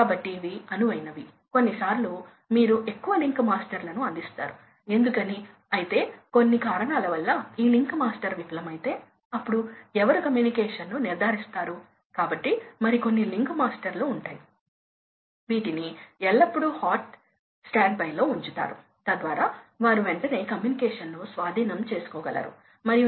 కాబట్టి అవును ఇది మీకు తెలుసా ఇది ఒక లెక్క ఇది ఈ డాలర్ ఫిగర్ సోర్స్ నుండి తీసుకోబడినది కానీ ఇది మనకు దాదాపు సమానంగా ఉంటుంది మీరు సుమారు డాలర్కు 45 రూపాయలు తీసుకుంటే కాబట్టి ఇది సుమారు 2